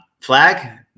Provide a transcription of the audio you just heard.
Flag